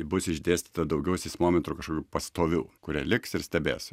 bus išdėstyta daugiau seismometrų kažkokių pastovių kurie liks ir stebės